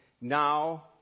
now